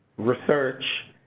research,